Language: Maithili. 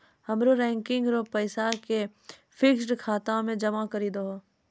हमरो रेकरिंग रो पैसा के फिक्स्ड खाता मे जमा करी दहो